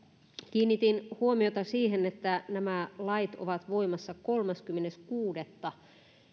kiinnitin huomiota siihen että nämä lait ovat voimassa kolmaskymmenes kuudetta